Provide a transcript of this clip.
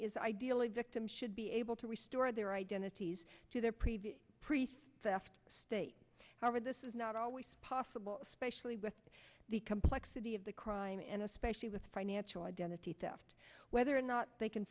is ideally victims should be able to restore their identities to their previous priests after state however this is not always possible especially with the complexity of the crime in actually with financial identity theft whether or not they can